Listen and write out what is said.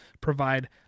provide